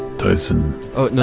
tyson oh, and